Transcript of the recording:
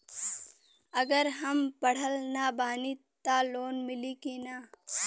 अगर हम पढ़ल ना बानी त लोन मिली कि ना?